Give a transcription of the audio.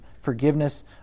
forgiveness